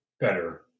better